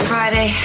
Friday